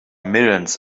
millions